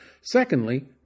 Secondly